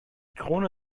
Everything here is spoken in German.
krone